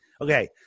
Okay